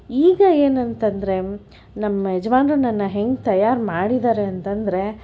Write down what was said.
ಈಗ ಏನಂತಂದರೆ ನಮ್ಮ ಯಜಮಾನರು ನನ್ನ ಹೆಂಗೆ ತಯಾರು ಮಾಡಿದ್ದಾರೆ ಅಂತಂದರೆ